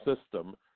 system